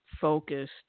focused